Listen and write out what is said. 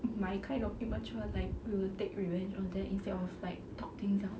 my kind of immature like we will take revenge on them instead of like talk things out